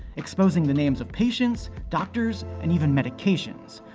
exposing the names of patients, doctors, and even medications,